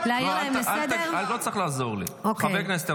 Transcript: אסור לאכוף עליהם הפסקת הזרמת שפכים חופשי,